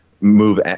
move